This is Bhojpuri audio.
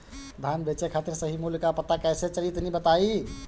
धान बेचे खातिर सही मूल्य का पता कैसे चली तनी बताई?